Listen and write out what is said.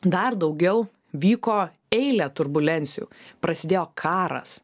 dar daugiau vyko eilė turbulencijų prasidėjo karas